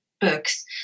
books